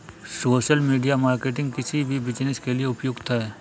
social media marketing किसी भी business के लिए उपयुक्त है